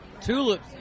Tulips